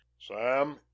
sam